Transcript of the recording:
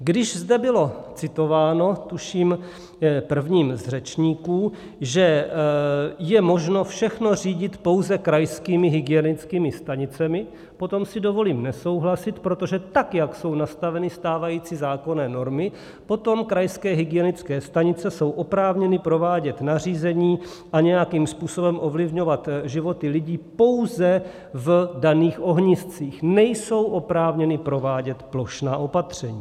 Když zde bylo citováno, tuším, prvním z řečníků, že je možno všechno řídit pouze krajskými hygienickými stanicemi, potom si dovolím nesouhlasit, protože tak jak jsou nastaveny stávající zákonné normy, potom krajské hygienické stanice jsou oprávněny provádět nařízení a nějakým způsobem ovlivňovat životy lidí pouze v daných ohniscích, nejsou oprávněny provádět plošná opatření.